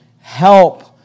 help